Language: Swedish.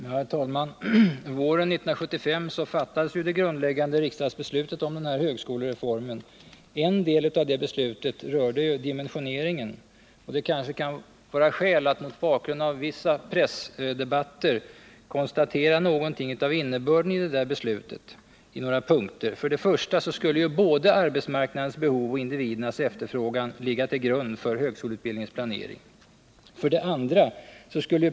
Herr talman! Våren 1975 fattades det grundläggande riksdagsbeslutet om högskolereformen. En del av det beslutet rörde dimensioneringen. Det kanske kan vara skäl att mot bakgrund av vissa pressdebatter konstatera någonting om innebörden i beslutet: 1. Både arbetsmarknadens behov och individernas efterfrågan måste ligga till grund för högskoleutbildningens planering. 2.